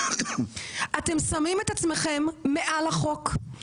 אתם שמים את עצמכם מעל החוק,